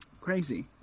crazy